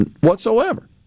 whatsoever